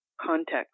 context